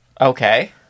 Okay